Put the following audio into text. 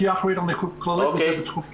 היא אחראית על נכות כללית וזה התחום שלה.